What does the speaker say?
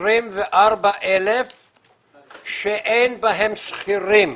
24,000 שאין בהם שכירים,